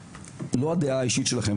לא על הדעה האישית שלכם,